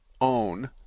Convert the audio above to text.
own